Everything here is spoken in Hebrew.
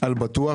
על בטוח.